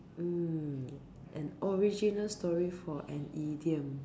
mm an original story for an idiom